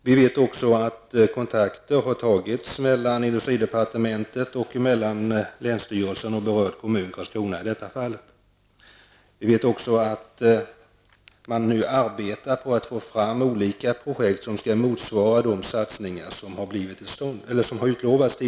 Vi vet också att kontakter har tagits mellan industridepartementet, länsstyrelsen och kommunen Karlskrona i detta fall. Man arbetar nu på att få fram olika projekt som skall motsvara de satsningar som tidigare har utlovats.